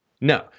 No